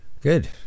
Good